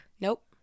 Nope